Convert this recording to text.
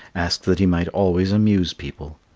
asked that he might always amuse people.